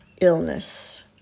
illness